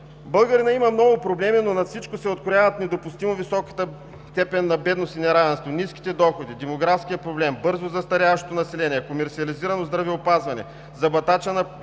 Българинът има много проблеми, но над всичко се открояват: недопустимо високата степен на бедност и неравенство; ниските доходи; демографският проблем с бързо застаряващото население; комерсиализирано здравеопазване; забатачена